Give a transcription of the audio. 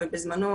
ובזמנו,